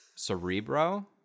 Cerebro